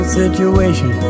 situation